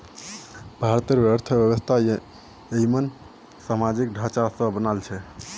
भारतेर अर्थव्यवस्था ययिंमन सामाजिक ढांचा स बनाल छेक